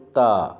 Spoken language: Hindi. कुत्ता